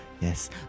Yes